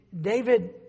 David